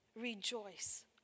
rejoice